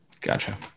Gotcha